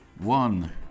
one